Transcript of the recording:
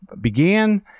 began